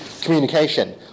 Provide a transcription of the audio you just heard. communication